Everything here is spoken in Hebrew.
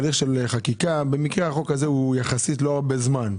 הליך של חקיקה במקרה החוק הזה הוא יחסית לא הרבה זמן.